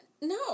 No